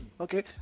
okay